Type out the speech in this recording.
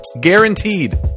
Guaranteed